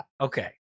Okay